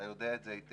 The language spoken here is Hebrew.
אתה יודע את זה היטב.